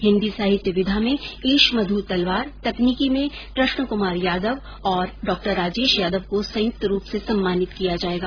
हिन्दी साहित्य विधा में ईशमध् तलवार तकनीकी में कृष्ण कमार यादव और डॉ राजेश यादव को संयुक्त रूप से सम्मानित किया जायेगा